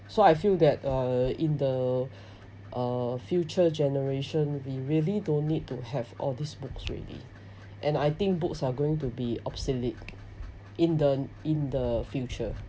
so I feel that uh in the uh future generation we really don't need to have all these books already and I think books are going to be obsolete in the in the future